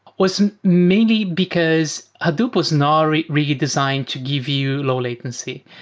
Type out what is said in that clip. was mainly because hadoop was not really designed to give you low latency.